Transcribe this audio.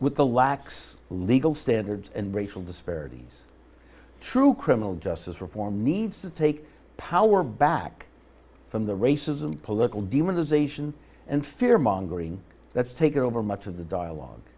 with the lax legal standards and racial disparities true criminal justice reform needs to take power back from the racism political demonization and fear mongering that's taken over much of the dialogue